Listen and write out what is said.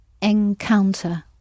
encounter